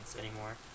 anymore